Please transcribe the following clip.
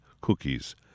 Cookies